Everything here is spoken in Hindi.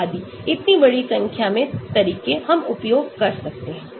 इतनी बड़ी संख्या में तरीके हम उपयोग कर सकते हैं